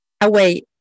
away